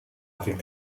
avec